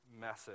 message